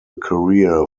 career